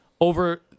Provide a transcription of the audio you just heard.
over